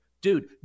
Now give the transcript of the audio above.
dude